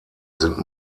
sind